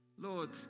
Lord